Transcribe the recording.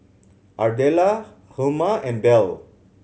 Ardella Hjalmer and Belle